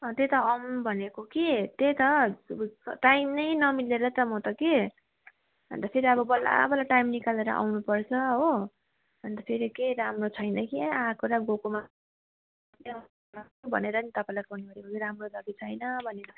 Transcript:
अँ त्यही त आउँ भनेको कि त्यही त टाइम नै नमिलेर त म त कि अन्त फेरि अब बल्ल बल्ल टाइम निकालेर आउनुपर्छ हो अन्त फेरि केही राम्रो छैन के आएको र गएकोमा दुःख मात्रै हुन्छ कि भनेर तपाईँलाई फोन गरेको राम्रो छ कि छैन भनेर